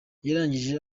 yarangije